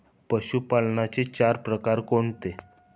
पशुपालनाचे चार प्रकार कोणते?